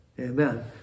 Amen